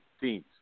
teams